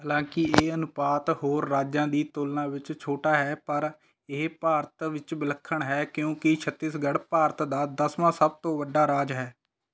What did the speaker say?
ਹਾਲਾਂਕਿ ਇਹ ਅਨੁਪਾਤ ਹੋਰ ਰਾਜਾਂ ਦੀ ਤੁਲਨਾ ਵਿੱਚ ਛੋਟਾ ਹੈ ਪਰ ਇਹ ਭਾਰਤ ਵਿੱਚ ਵਿਲੱਖਣ ਹੈ ਕਿਉਂਕਿ ਛੱਤੀਸਗੜ੍ਹ ਭਾਰਤ ਦਾ ਦਸਵਾਂ ਸਭ ਤੋਂ ਵੱਡਾ ਰਾਜ ਹੈ